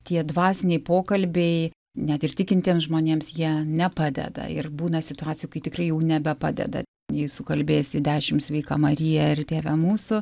tie dvasiniai pokalbiai net ir tikintiems žmonėms jei nepadeda ir būna situacijų kai tikrai jau nebepadeda jei sukalbėsi dešim sveika marija ir tėve mūsų